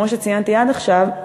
כמו שציינתי עד עכשיו,